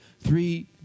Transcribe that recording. Three